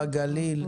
בגליל,